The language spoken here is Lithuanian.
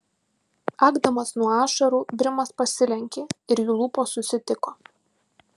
akdamas nuo ašarų brimas pasilenkė ir jų lūpos susitiko